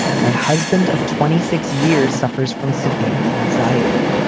my husband of twenty six years suffers from severe anxiety.